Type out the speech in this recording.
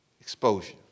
Exposure